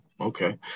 Okay